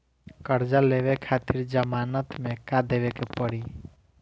कर्जा लेवे खातिर जमानत मे का देवे के पड़ी?